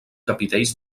capitells